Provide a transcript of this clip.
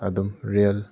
ꯑꯗꯨꯝ ꯔꯤꯌꯦꯜ